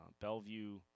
Bellevue